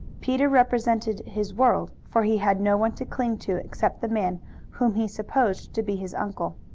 peter represented his world, for he had no one to cling to except the man whom he supposed to be his uncle.